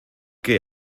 qué